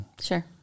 Sure